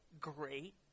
great